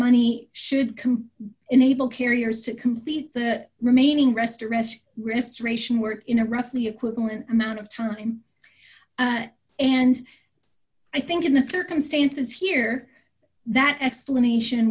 money should enable carriers to complete the remaining restaurants restoration work in a roughly equivalent amount of time and i think in the circumstances here that explanation